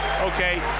okay